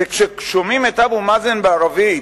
וכששומעים את אבו מאזן בערבית,